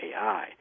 AI